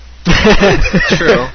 True